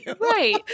Right